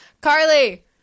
Carly